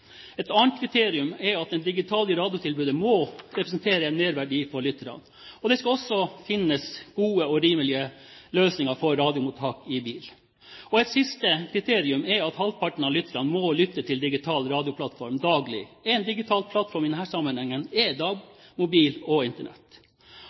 Et annet kriterium er at det digitale radiotilbudet må representere en merverdi for lytterne. Det skal også finnes gode og rimelige løsninger for radiomottak i bil. Og et siste kriterium er at halvparten av lytterne må lytte til en digital radioplattform daglig – en digital plattform i denne sammenhengen